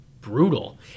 brutal